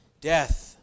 death